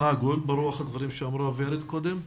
העגול ברוח הדברים שאמרה ורד קודם לכן?